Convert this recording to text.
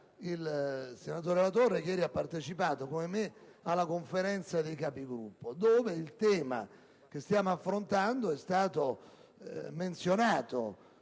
il senatore Latorre ieri ha partecipato, come me, alla Conferenza dei Capigruppo, dove l'argomento che stiamo affrontando è stato menzionato.